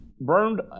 Burned